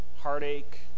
heartache